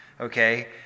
Okay